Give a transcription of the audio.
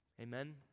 Amen